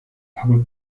hauek